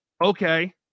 Okay